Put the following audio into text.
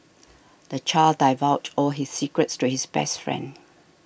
the child divulged all his secrets to his best friend